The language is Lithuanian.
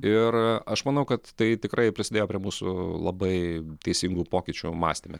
ir aš manau kad tai tikrai prisidėjo prie mūsų labai teisingų pokyčių mąstyme